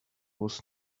was